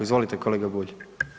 Izvolite kolega Bulj.